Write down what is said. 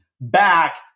back